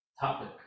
topic